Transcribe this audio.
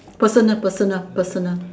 personal personal personal